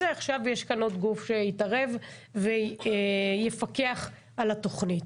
עכשיו יש כאן עוד גוף שיתערב ויפקח על התוכנית.